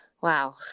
wow